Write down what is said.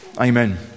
amen